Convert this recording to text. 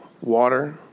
water